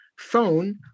phone